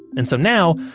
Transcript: and so now,